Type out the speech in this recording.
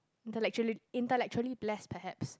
intellectually intellectually blessed perhaps